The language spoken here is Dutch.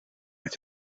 met